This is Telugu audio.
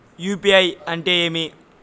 యు.పి.ఐ అంటే ఏమి?